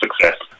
success